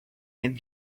and